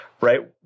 right